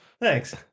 Thanks